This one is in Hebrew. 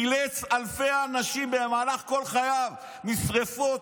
חילץ אלפי אנשים במהלך כל חייו משרפות,